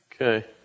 Okay